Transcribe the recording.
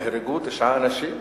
נהרגו תשעה אנשים?